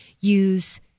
use